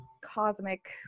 cosmic